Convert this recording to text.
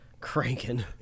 cranking